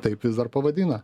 taip vis dar pavadina